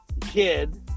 Kid